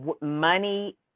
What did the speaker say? money